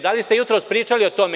Da li ste jutros pričali o tome?